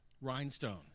Rhinestone